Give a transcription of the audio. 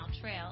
Trail